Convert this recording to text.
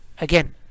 Again